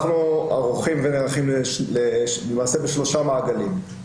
אנחנו ערוכים ונערכים למעשה בשלושה מעגלים.